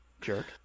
Jerk